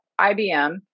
IBM